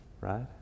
right